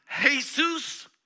Jesus